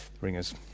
ringers